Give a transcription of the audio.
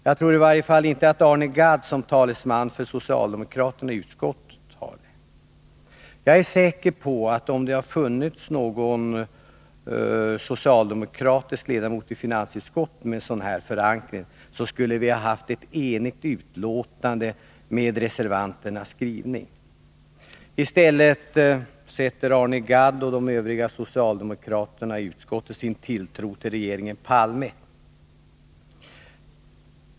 Jag tror i varje fall inte att Arne Gadd som talesman för socialdemokraterna i utskottet har det. Jag är säker på att vi, om det funnits någon socialdemokratisk ledamot i finansutskottet med sådan förankring, skulle ha haft ett enigt betänkande, med reservanternas skrivning. Istället sätter Arne Gadd och de övriga socialdemokraterna i utskottet sin tilltro till regeringen Palme.